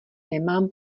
nemám